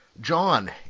John